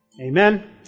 Amen